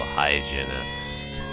hygienist